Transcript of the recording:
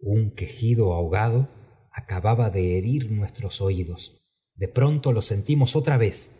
un quejido ahogado acababa de herir nuestros oídos de pronto lo sentimos otra vez